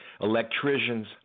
electricians